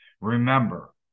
Remember